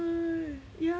mm ya